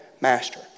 master